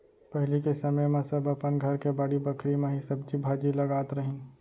पहिली के समे म सब अपन घर के बाड़ी बखरी म ही सब्जी भाजी लगात रहिन